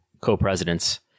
co-presidents